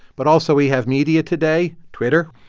but also, we have media today, twitter.